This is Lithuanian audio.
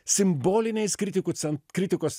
simboliniais kritikų cen kritikos